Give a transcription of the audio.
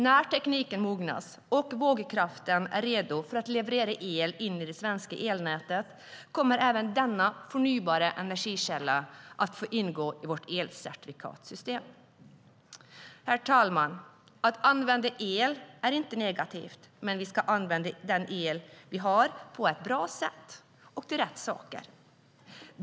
När tekniken mognat och vågkraften är redo att leverera el in i det svenska elnätet kommer även denna förnybara energikälla att få ingå i vårt elcertifikatssystem. Herr talman! Att använda el är inte negativt, men vi ska använda den el vi har på ett bra sätt och till rätt saker.